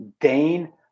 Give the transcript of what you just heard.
Dane